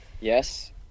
Yes